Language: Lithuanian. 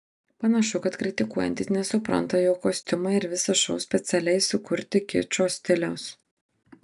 panašu kad kritikuojantys nesupranta jog kostiumai ir visas šou specialiai sukurti kičo stiliaus